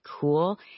cool